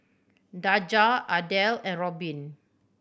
Daja Adel and Robin